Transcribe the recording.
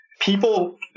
People